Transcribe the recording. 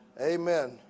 Amen